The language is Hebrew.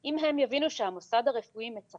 בכיר יבין שיש